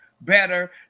better